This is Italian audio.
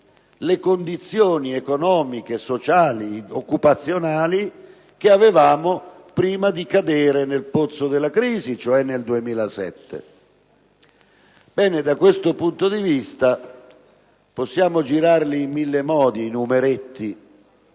le condizioni economiche, sociali e occupazionali che avevamo prima di cadere nel pozzo della crisi nel 2007. Da questo punto di vista, possiamo anche girare in mille modi i numeretti